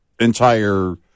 entire